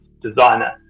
designer